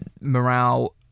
Morale